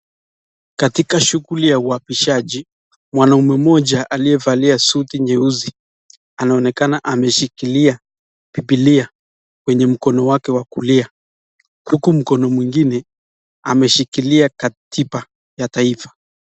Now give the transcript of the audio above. Katika shughuli ya uapishaji, mwanaume mmoja aliyevalia suti nyeusi, anaonekana ameshikilia bibilia kwenye mkono wake wa kulia huku mkono mwingine, ameshikilia katiba ya taifa.